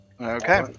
Okay